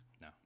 No